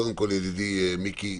ידידי מיקי.